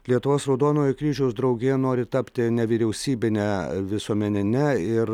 lietuvos raudonojo kryžiaus draugija nori tapti nevyriausybine visuomenine ir